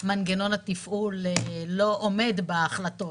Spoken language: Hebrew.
שמנגנון התפעול לא עומד בהחלטות.